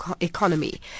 economy